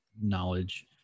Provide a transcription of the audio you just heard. knowledge